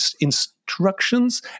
instructions